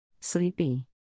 Sleepy